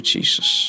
Jesus